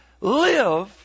live